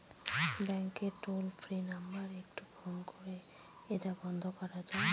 ব্যাংকের toll free number একটু phone করে এটা বন্ধ করা যায়?